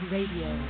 Radio